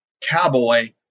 Cowboy